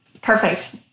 Perfect